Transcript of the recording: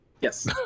Yes